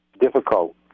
difficult